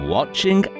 Watching